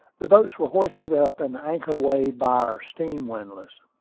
the boats were hoisted up, and the anchor weighed by our steam windlass.